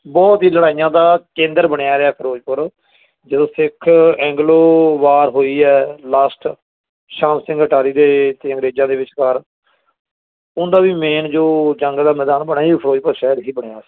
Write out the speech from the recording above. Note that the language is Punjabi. ਬਹੁਤ ਹੀ ਲੜਾਈਆਂ ਦਾ ਕੇਂਦਰ ਬਣਿਆ ਰਿਹਾ ਫਿਰੋਜ਼ਪੁਰ ਜਦੋਂ ਸਿੱਖ ਐਂਗਲੋ ਵਾਰ ਹੋਈ ਹੈ ਲਾਸਟ ਸ਼ਾਮ ਸਿੰਘ ਅਟਾਰੀ ਦੇ ਅਤੇ ਅੰਗਰੇਜ਼ਾਂ ਦੇ ਵਿਚਕਾਰ ਉਹਨਾਂ ਦੀ ਮੇਨ ਜੋ ਜੰਗ ਦਾ ਮੈਦਾਨ ਬਣਿਆ ਸੀ ਫਿਰੋਜ਼ਪੁਰ ਸ਼ਹਿਰ ਸੀ ਬਣਿਆ